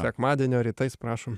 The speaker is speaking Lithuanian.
sekmadienio rytais prašom